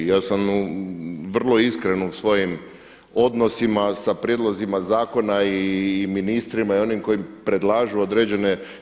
Ja sam vrlo iskren u svojim odnosima sa prijedlozima zakona i ministrima i onima koji predlažu određene.